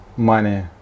money